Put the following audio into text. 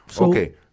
Okay